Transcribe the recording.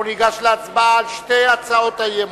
ניגש להצבעה על שתי הצעות האי-אמון.